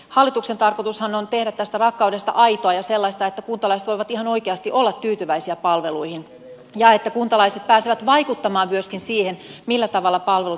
hallituksen tarkoitushan on tehdä tästä rakkaudesta aitoa ja sellaista että kuntalaiset voivat ihan oikeasti olla tyytyväisiä palveluihin ja että kuntalaiset pääsevät vaikuttamaan myöskin siihen millä tavalla palvelut järjestetään